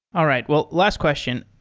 all right. well, last question.